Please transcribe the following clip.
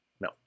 No